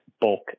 bulk